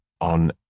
on